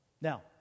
Now